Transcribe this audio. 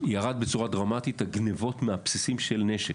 ירד בצורה דרמטית מספר הגנבות מהבסיסים, של נשק.